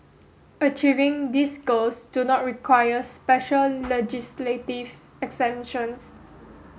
achieving these goals do not require special legislative exemptions